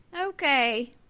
Okay